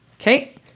Okay